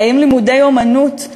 האם לימודי אמנות,